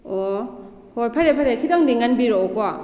ꯑꯣꯑꯣ ꯍꯣꯏ ꯐꯔꯦ ꯐꯔꯦ ꯈꯤꯇꯪꯗꯤ ꯉꯟꯕꯤꯔꯛꯑꯣꯀꯣ